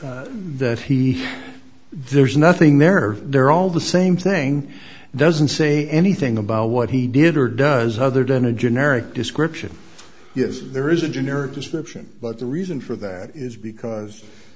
it that he there's nothing there or they're all the same thing doesn't say anything about what he did or does other than a generic description yes there is a generic description but the reason for that is because